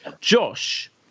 Josh